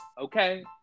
okay